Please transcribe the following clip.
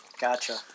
gotcha